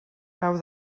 cau